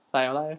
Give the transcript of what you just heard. like your life